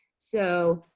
so,